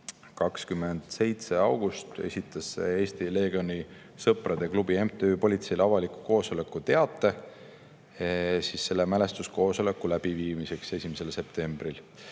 27. augustil esitas Eesti Leegioni Sõprade Klubi MTÜ politseile avaliku koosoleku teate mälestuskoosoleku läbiviimiseks 1. septembril.